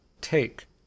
Take